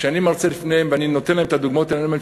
כשאני מרצה לפניהם ואני נותן להם את הדוגמאות האלה אני אומר,